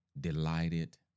delighted